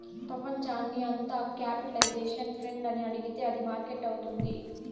ప్రపంచాన్ని అంత capitalisation friend అని అడిగితే అది మార్కెట్ అవుతుంది